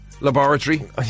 laboratory